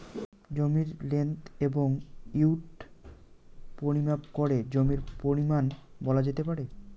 জমির লেন্থ এবং উইড্থ পরিমাপ করে জমির পরিমান বলা যেতে পারে